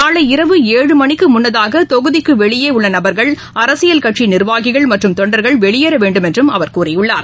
நாளை இரவு ஏழுமணிக்குழுன்னதாக தொகுதிக்குவெளியேஉள்ளநபர்கள் அரசியல் கட்சிநிர்வாகிகள் மற்றும் தொண்டர்கள் வெளியேறவேண்டும் என்றும் அவர் கூறியுள்ளார்